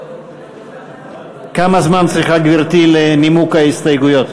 כמה זמן צריכה גברתי לנימוק ההסתייגויות?